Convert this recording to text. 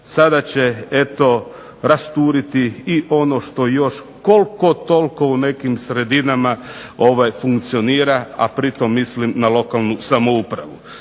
sada će eto rasturiti i ono što još koliko toliko u nekim sredinama funkcionira, a pritom mislim na lokalnu samouprave.